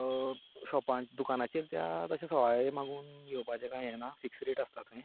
शोपार दुकानांचेर त्या तशें सवाय मागून घेवपाचें कांय हें ना फिक्स रेट आसता थंय